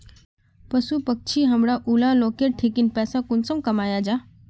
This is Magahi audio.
पशु पक्षी हमरा ऊला लोकेर ठिकिन पैसा कुंसम कमाया जा?